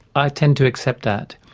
i tend to accept that.